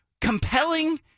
compelling